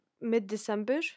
mid-December